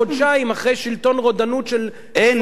אחרי שלטון רודנות של עשרות שנים,